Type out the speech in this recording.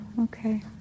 okay